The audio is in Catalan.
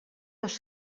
dos